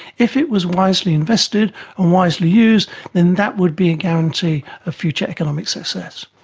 if it was wisely invested and wisely used then that would be a guarantee of future economic success.